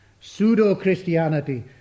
pseudo-Christianity